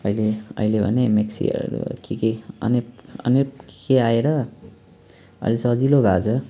अहिले अहिले भने मिक्सीहरू के के अनेक अनेक के के आएर अहिले सजिलो भएको छ